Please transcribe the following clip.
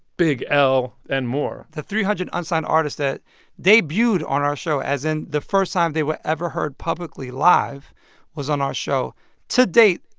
big l and more the three hundred unsigned artists that debuted on our show as in the first time they were ever heard publicly live was on our show to date,